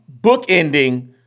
bookending